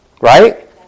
Right